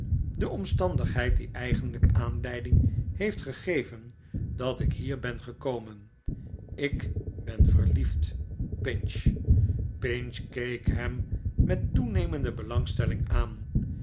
de omstandigheid die eigenlijk aanleiding heeft gegeven dat ik hier ben gekomen ik ben verliefd pinch pinch keek hem met toenemende belangstelling aan